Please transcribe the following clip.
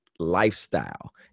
lifestyle